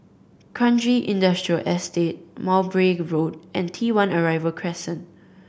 Kranji Industrial Estate Mowbray Road and T One Arrival Crescent